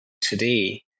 today